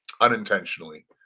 Unintentionally